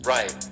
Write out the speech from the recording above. Right